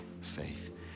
faith